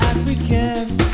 Africans